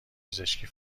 پزشکی